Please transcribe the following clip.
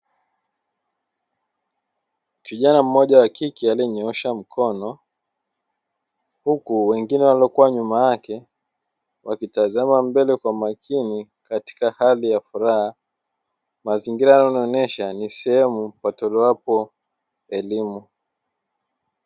Kijana mmoja wakike aliyenyoosha mkono huku wengine waliokuwa nyuma yake wakitazama mbele kwa makini katika hali ya furaha, mazingira yanaonesha ni sehemu patolewapo elimu.